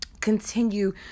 continue